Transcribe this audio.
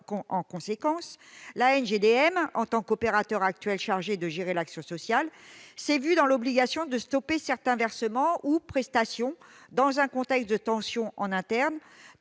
En conséquence, l'ANGDM, en tant qu'opérateur actuel chargé de gérer l'action sociale, s'est vue dans l'obligation de stopper certains versements ou prestations dans un contexte de tensions en interne,